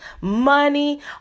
money